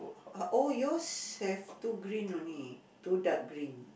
ah oh yours have two green only two dark green